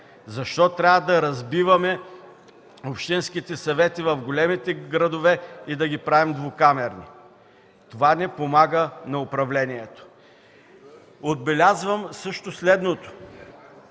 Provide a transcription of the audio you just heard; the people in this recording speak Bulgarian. Защо трябва да разбиваме общинските съвети в големите градове и да ги правим двукамерни. Това не помага на управлението. Отбелязвам също следното